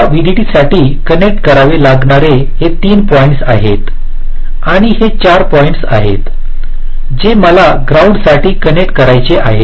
मला व्हीडीडीसाठी कनेक्ट करावे लागणारे हे 3 पॉईंट्स आहेत आणि हे 4 पॉईंट्स आहेत जे मला ग्राउंडसाठी कनेक्ट करायचे आहेत